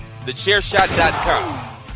TheChairShot.com